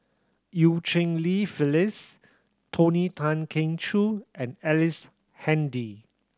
Eu Cheng Li Phyllis Tony Tan Keng Joo and Ellice Handy